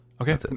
Okay